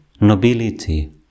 nobility